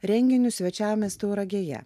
renginiu svečiavomės tauragėje